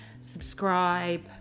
subscribe